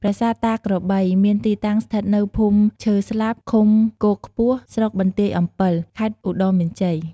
ប្រាសាទតាក្របី មានទីតាំងស្ថិតនៅភូមិឈើស្លាប់ ឃុំគោកខ្ពស់ ស្រុកបន្ទាយអំពិល ខេត្តឧត្តរមានជ័យ។